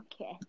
Okay